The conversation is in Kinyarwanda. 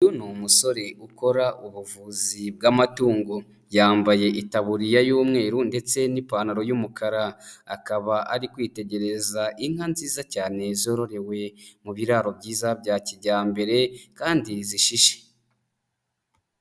Uyu ni umusore ukora ubuvuzi bw'amatungo, yambaye itabuririya y'umweru ndetse n'ipantaro y'umukara, akaba ari kwitegereza inka nziza cyane zororewe mu biraro byiza bya kijyambere kandi zishishe.